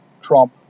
Trump